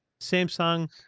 Samsung